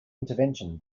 intervention